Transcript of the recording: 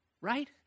right